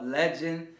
legend